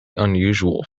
unusual